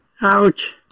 ouch